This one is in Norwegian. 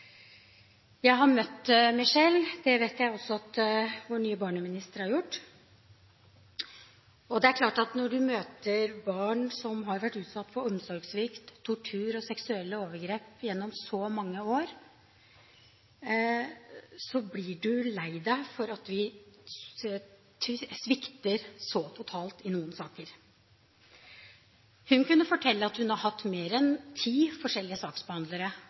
Jeg har møtt Michelle. Det vet jeg at vår nye barneminister også har gjort. Det er klart at når man møter barn som har vært utsatt for omsorgssvikt, tortur og seksuelle overgrep gjennom så mange år, blir man lei seg for at vi svikter så totalt i noen saker. Hun kunne fortelle at hun har hatt flere enn ti forskjellige saksbehandlere.